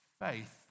faith